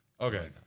Okay